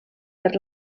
per